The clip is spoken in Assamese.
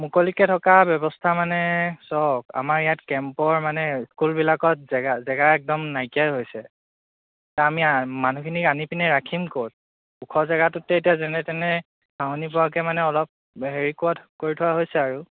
মুকলিকৈ থকা ব্যৱস্থা মানে চাওক আমাৰ ইয়াত কেম্পৰ মানে স্কুলবিলাকত জেগা জেগা একদম নাইকিয়াই হৈছে ছাৰ আমি মানুহখিনিক আনিপিনে ৰাখিম ক'ত ওখ জেগাটোতে এতিয়া যেনেতেনে থাউনি পোৱাকৈ মানে অলপ হেৰি কৰি থোৱা হৈছে আৰু